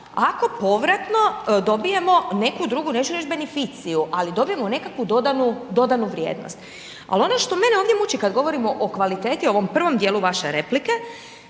ako povratno dobijemo neku drugu, neću reći beneficiju, ali dobijemo nekakvu dodanu vrijednost. Ali ono što mene ovdje muči kada govorimo o kvaliteti o ovom prvom dijelu vaše replike,